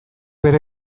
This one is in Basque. bere